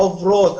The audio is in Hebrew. חוברות,